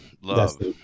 love